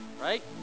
Right